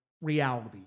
reality